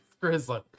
Grizzly